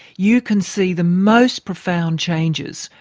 you can see the most profound changes,